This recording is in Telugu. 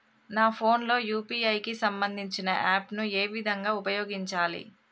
నా ఫోన్ లో యూ.పీ.ఐ కి సంబందించిన యాప్ ను ఏ విధంగా ఉపయోగించాలి?